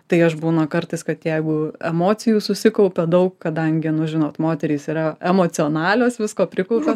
tai aš būna kartais kad jeigu emocijų susikaupia daug kadangi nu žinot moterys yra emocionalios visko prikaupia